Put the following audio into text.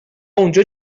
اونجا